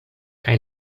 kaj